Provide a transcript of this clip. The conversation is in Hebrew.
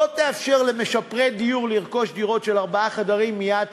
לא יאפשר למשפרי דיור לרכוש דירות של ארבעה חדרים מיד שנייה,